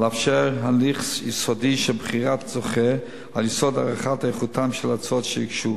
לאפשר הליך יסודי של בחירת זוכה על יסוד הערכת איכותן של ההצעות שיוגשו.